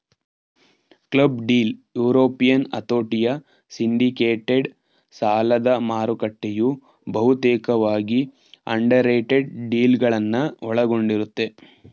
club deal European ಹತೋಟಿಯ syndicated ಸಾಲದಮಾರುಕಟ್ಟೆಯು ಬಹುತೇಕವಾಗಿ ಅಂಡರ್ರೈಟೆಡ್ ಡೀಲ್ಗಳನ್ನ ಒಳಗೊಂಡಿರುತ್ತೆ